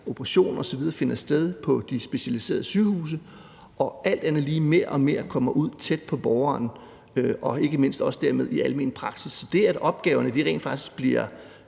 operationer osv. finder sted på de specialiserede sygehuse og mere og mere kommer ud tæt på borgerne og dermed ikke mindst også i den almene praksis. Det, at opgaverne rent faktisk bliver